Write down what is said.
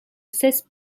cessent